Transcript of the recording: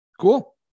Cool